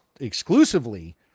exclusively